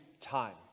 time